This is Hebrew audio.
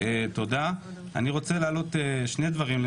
אני רוצה להעלות שני דברים.